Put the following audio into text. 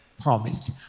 promised